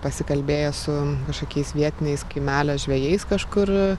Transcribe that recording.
pasikalbėjo su kažkokiais vietiniais kaimelio žvejais kažkur